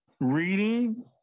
Reading